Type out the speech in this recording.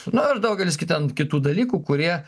nu ir daugelis gi ten kitų dalykų kurie